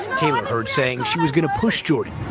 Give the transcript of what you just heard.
taylor heard saying she was going to push jordan.